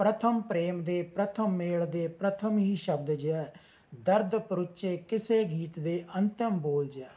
ਪ੍ਰਥਮ ਪ੍ਰੇਮ ਦੇ ਪ੍ਰਥਮ ਮੇਲ ਦੇ ਪ੍ਰਥਮ ਹੀ ਸ਼ਬਦ ਜਿਹਾ ਦਰਦ ਪਰੂਚੇ ਕਿਸੇ ਗੀਤ ਦੇ ਅੰਤਿਮ ਬੋਲ ਜਿਹਾ